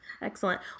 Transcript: Excellent